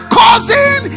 causing